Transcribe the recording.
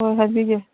ꯍꯣꯏ ꯍꯥꯏꯕꯤꯒꯦ